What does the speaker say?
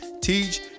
teach